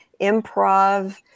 improv